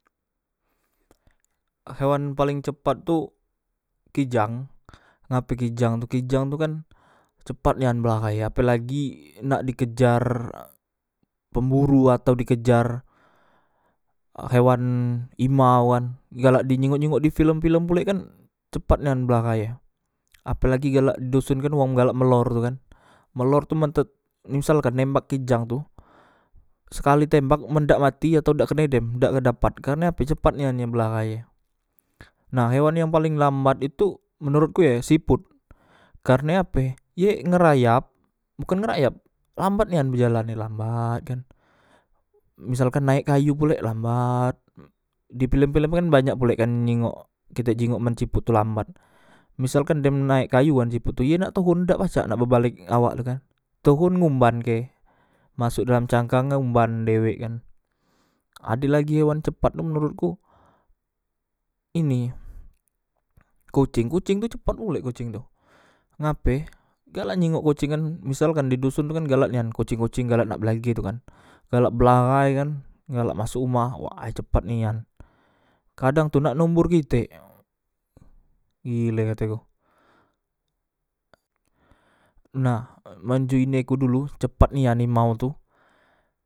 Hewan paleng cepat tu kijang ngape kijang tu kijang tu kan cepat nian belahai apelagi nak di kejar pemburu atau di kejar hewan imau kan galak di jingok jingok di filem filem pule kan cepat nian belahai e apelagi galak di doson kan wong galak melor tu kan melor tu men tet misalkan nembak kijang tu sekali tembak men dak mati atau dak kene dem dak kan dapat kene ape cepat nian ye belahai e nah hewan yang paleng lambat e tu menurutku e siput karne ape ye ngerayap bukan ngerayap lambat nian bejalane lambat kan misalkan naek kayu pulek lambat di filem filem kan banyak pulek kan nyingok kite jingok men ciput tu lambat misalkan dem naek kayu kan siput tu ye nak tohon dak pacak nak bebalek awak tu kan tohon ngumbanke masok dalam cangkang umban dewek kan adelagi hewan cepat tu menurutku ini koceng koceng tu cepat pulek koceng tu ngape galak nenggok koceng kan misalkan di doson tu kan galak nian koceng koceng galak nak belage itu kan galak belahai kan galak masok uma way cepat nian kadang tu nak nombor kitek gile kateku nah men ji ne ku dulu cepat nia himau tu